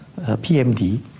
PMD